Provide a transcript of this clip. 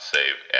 Save